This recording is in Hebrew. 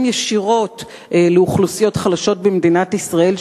ישירות לאוכלוסיות חלשות במדינת ישראל,